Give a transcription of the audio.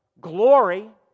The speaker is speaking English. glory